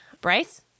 Bryce